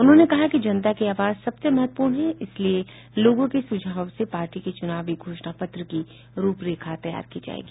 उन्होंने कहा कि जनता की आवाज सबसे महत्वपूर्ण है इसलिए लोगों के सुझावों से पार्टी के चुनावी घोषणा पत्र की रूपरेखा तैयार की जायेगी